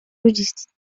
logistique